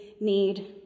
need